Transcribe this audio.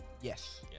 Yes